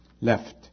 left